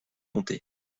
comté